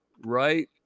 right